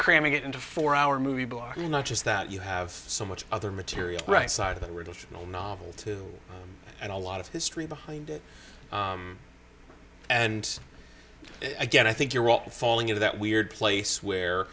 cramming it into a four hour movie blocky not just that you have so much other material right side of the word of the novel too and a lot of history behind it and again i think you're all falling into that weird place where